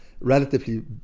relatively